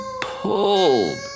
pulled